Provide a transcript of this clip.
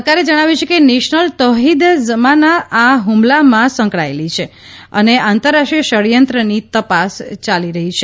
સરકારે જણાવ્યું છે કે નેશનલ તૌહીદ જમાન આ હુમલામાં સંકળાયેલી છે અને આંતરરાષ્ટ્રીય ષડયંત્રની તપાસ ચાલી રહી છે